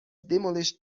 demolished